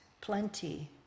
plenty